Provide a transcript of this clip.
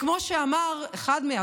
כמו שאמר אחד,